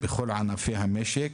בכל ענפי המשק,